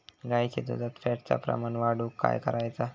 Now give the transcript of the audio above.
गाईच्या दुधात फॅटचा प्रमाण वाढवुक काय करायचा?